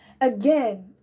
Again